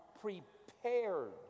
prepared